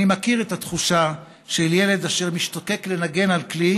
אני מכיר את התחושה של ילד אשר משתוקק לנגן על כלי